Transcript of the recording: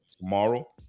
tomorrow